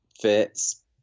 fits